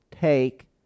take